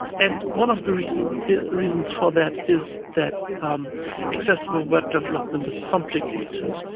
and one of the reasons reasons for that is that accessible web development is complicated.